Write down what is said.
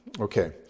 Okay